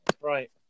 Right